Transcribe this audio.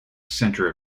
center